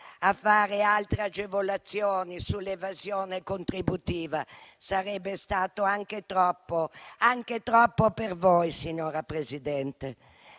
fare altre agevolazioni sull'evasione contributiva. Sarebbe stato troppo anche per voi, signora Presidente.